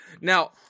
Now